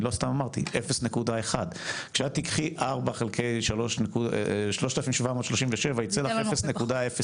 אני לא סתם אמרתי 0.1. כשאת תיקחי 4 חלקי 3737 ייצא לך 0.09,